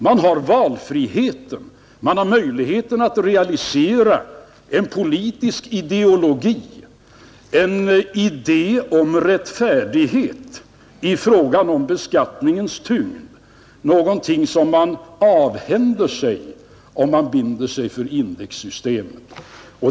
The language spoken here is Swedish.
Man har valfrihet, man har möjlighet att realisera en politisk ideologi, en idé om rättfärdighet i fråga om beskattningens tyngd — någonting som man avhänder sig om man binder sig för indexsystemet.